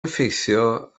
effeithio